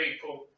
people